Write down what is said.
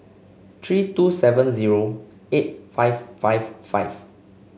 three two seven zero eight five five five